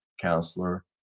counselor